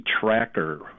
tracker